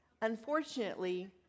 Unfortunately